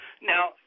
Now